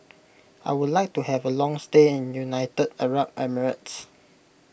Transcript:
I would like to have a long stay in United Arab Emirates